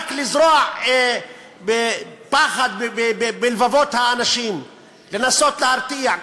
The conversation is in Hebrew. רק לזרוע פחד בלבבות האנשים, לנסות להרתיע.